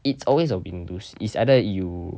it's always a win lose it's either you